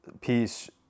piece